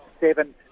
Seven